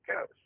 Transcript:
goes